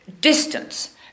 distance